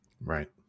Right